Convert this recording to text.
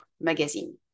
magazine